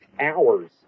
hours